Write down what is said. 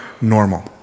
normal